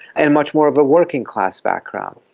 and much more of a working class background.